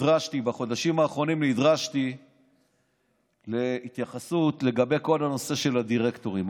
בחודשים האחרונים נדרשתי להתייחסות לגבי כל הנושא של הדירקטורים.